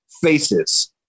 faces